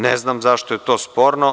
Ne znam zašto je to sporno.